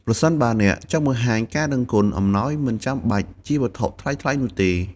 ប្រសិនបើអ្នកចង់បង្ហាញការដឹងគុណ អំណោយមិនចាំបាច់ជាវត្ថុថ្លៃៗនោះទេ។